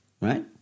right